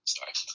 Sorry